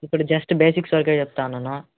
ఇప్పుడు just basics వరకే చెప్తున్నాను